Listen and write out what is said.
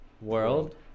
world